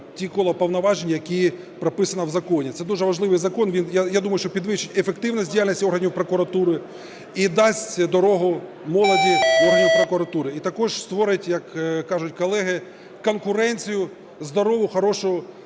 ті кола повноважень, які прописано в законі. Це дуже важливий закон. Він, я думаю, що підвищить ефективність діяльності органів прокуратури і дасть дорогу молоді в органи прокуратури. І також створить, як кажуть колеги, конкуренцію, здорову, хорошу